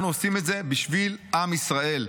אנחנו עושים את זה בשביל עם ישראל.